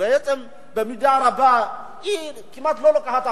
שבעצם במידה רבה היא כמעט לא לוקחת אחריות,